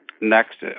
next